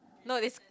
no this